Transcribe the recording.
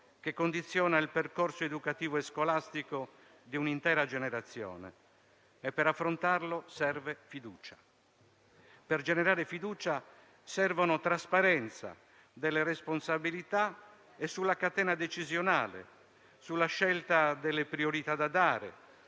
che condiziona il percorso educativo e scolastico di un'intera generazione e per affrontarlo serve fiducia. Per generare fiducia serve trasparenza sulle responsabilità e sulla catena decisionale, sulla scelta delle priorità da dare,